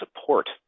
support